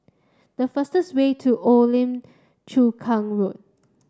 the fastest way to Old Lim Chu Kang Road